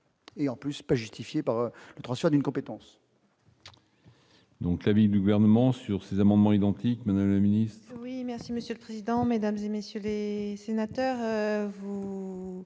et en plus pas justifiés par transfert d'une compétence. Donc la ligne du gouvernement sur ces amendements identiques mais la Mini. Oui merci monsieur le président, Mesdames et messieurs les énarques.